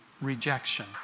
Rejection